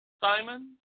Simon